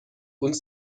uns